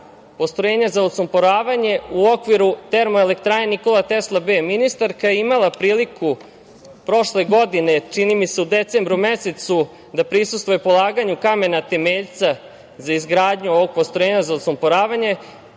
postrojenja za odsumporavanje u okviru termoelektrane „Nikola Tesla B“.Ministarka je imala priliku prošle godine, čini mi se, u decembru mesecu, da prisustvuje polaganju kamena temeljca za izgradnju ovog postrojenja za odsumporavanje.